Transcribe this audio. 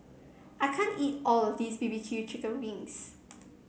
I can't eat all of this B B Q Chicken Wings